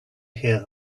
hear